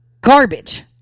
garbage